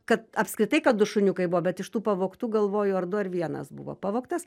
kad apskritai kad du šuniukai buvo bet iš tų pavogtų galvoju ar du ar vienas buvo pavogtas